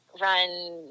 run